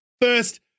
first